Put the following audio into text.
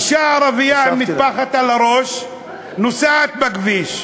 אישה ערבייה עם מטפחת על הראש נוסעת בכביש,